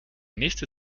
nächste